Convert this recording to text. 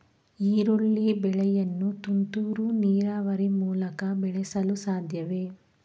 ಈರುಳ್ಳಿ ಬೆಳೆಯನ್ನು ತುಂತುರು ನೀರಾವರಿ ಮೂಲಕ ಬೆಳೆಸಲು ಸಾಧ್ಯವೇ?